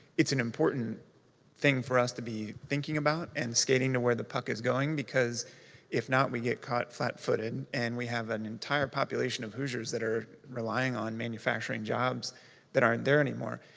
it's an important thing for us to be thinking about, and skating to where the puck is going, because if not, we get caught flat footed, and we have an entire population of hoosiers that are relying on manufacturing jobs that aren't there anymore.